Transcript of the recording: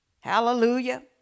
Hallelujah